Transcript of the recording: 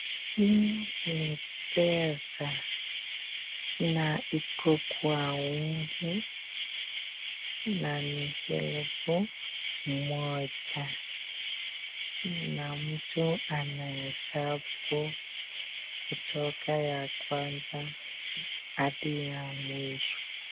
Hii ni pesa na iko kwa wingi nani elfu moja, na mtu ana hesabu kutoka ya kwanza hadi ya mwisho.